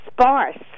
sparse